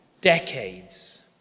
decades